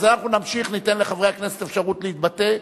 אז אנחנו נמשיך, ניתן לחברי הכנסת אפשרות להתבטא.